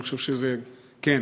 אני חושב שזה כן,